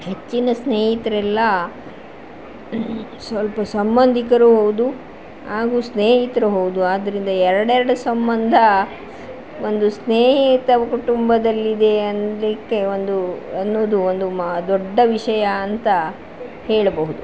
ಹೆಚ್ಚಿನ ಸ್ನೇಹಿತರೆಲ್ಲ ಸ್ವಲ್ಪ ಸಂಬಂಧಿಕರೂ ಹೌದು ಹಾಗೂ ಸ್ನೇಹಿತ್ರೂ ಹೌದು ಆದ್ರಿಂದ ಎರಡೆರಡು ಸಂಬಂಧ ಒಂದು ಸ್ನೇಹಿತ ಕುಟುಂಬದಲ್ಲಿದೆ ಅನ್ಲಿಕ್ಕೆ ಒಂದು ಅನ್ನೋದು ಒಂದು ಮ ದೊಡ್ಡ ವಿಷಯ ಅಂತ ಹೇಳಬಹುದು